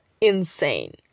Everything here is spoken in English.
insane